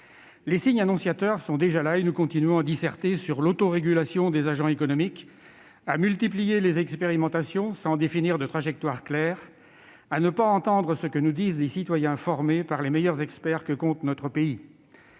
Les signes annonciateurs sont là et nous continuons de disserter sur l'autorégulation des agents économiques, de multiplier les expérimentations sans définir de trajectoires claires, de ne pas entendre ce que nous disent les citoyens formés par les meilleurs experts que compte notre pays.